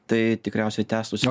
tai tikriausiai tęstųsi